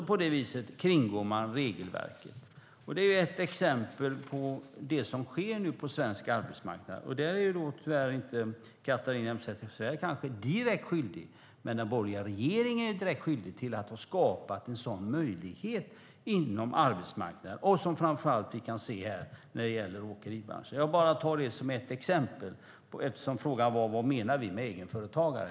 På det viset kringgås regelverket. Det är ett exempel på det som nu sker på svensk arbetsmarknad. Där är Catharina Elmsäter-Svärd kanske inte direkt skyldig, men den borgerliga regeringen är direkt skyldig till att ha skapat en sådan möjlighet inom arbetsmarknaden - som vi framför allt kan se när det gäller åkeribranschen. Jag tar det bara som ett exempel, eftersom frågan var vad vi menar med egenföretagare.